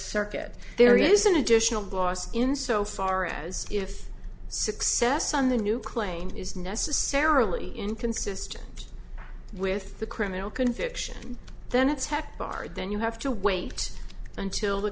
circuit there is an additional gloss in so far as if success on the new claim is necessarily inconsistent with the criminal conviction then a tech bard then you have to wait until the